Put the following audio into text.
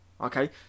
okay